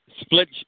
split